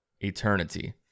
eternity